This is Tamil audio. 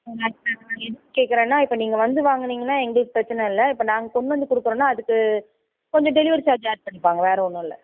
உங்கள்கிட்ட நான் எதுக்கு கேட்குறேன்னா இப்போ நீங்கள் வந்து வாங்குனீங்கனால் எங்களுக்கு பிரச்சனை இல்லை இப்போ நாங்கள் கொண்டு வந்து கொடுக்கணுனா அதுக்கு கொஞ்சம் டெலிவரி சார்ஜ் ஆட் பண்ணிப்பாங்க வேறு ஒன்றும் இல்லை